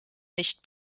nicht